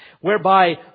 whereby